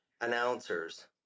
announcers